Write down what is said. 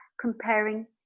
comparing